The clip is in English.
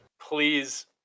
Please